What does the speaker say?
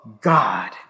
God